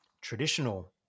traditional